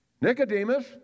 Nicodemus